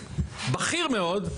בכיר מאוד,